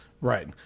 Right